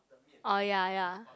oh ya ya